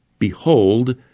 Behold